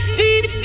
deep